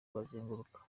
bazenguruka